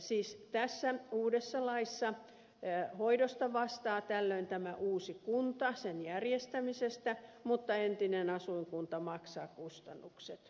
siis tässä uudessa laissa hoidon järjestämisestä vastaa tällöin tämä uusi kunta mutta entinen asuinkunta maksaa kustannukset